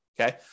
okay